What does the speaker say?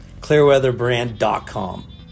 Clearweatherbrand.com